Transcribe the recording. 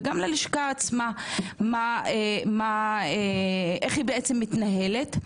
וגם ללשכה עצמה איך היא בעצם מתנהלת.